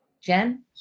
Jen